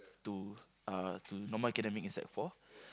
to uh to normal academic in sec four